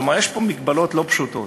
כלומר, יש פה מגבלות לא פשוטות.